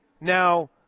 Now